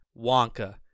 Wonka